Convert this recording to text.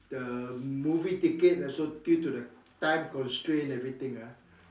the movie ticket also due to the time constraint everything ah